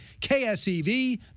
KSEV